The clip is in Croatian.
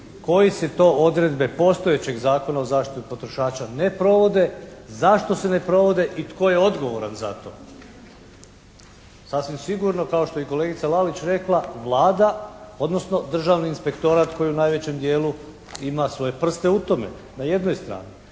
koje se to odredbe postojećeg Zakona o zaštiti potrošača ne provode, zašto se ne provode i tko je odgovoran za to. Sasvim sigurno kao što je i kolegica Lalić rekla Vlada odnosno Državni inspektorat koji u najvećem dijelu ima svoje prste u tome na jednoj strani.